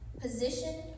position